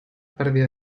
perdida